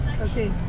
Okay